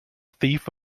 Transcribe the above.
thief